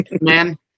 Man